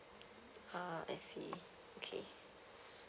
uh I see okay